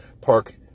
park